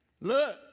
look